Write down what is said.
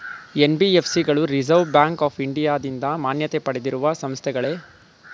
NBFC ಗಳು reserve bank of ಇಂಡಿಯಾದಿಂದ ಮಾನ್ಯತೆ ಪಡೆದಿರುವ ಸಂಸ್ಥೆಗಳೇ?